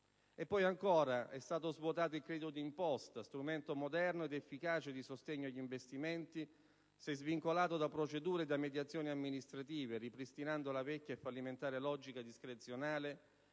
E poi, ancora, è stato svuotato il credito d'imposta, strumento moderno ed efficace di sostegno agli investimenti se svincolato da procedure e da mediazioni amministrative, ripristinando la vecchia e fallimentare logica discrezionale